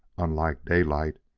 unlike daylight,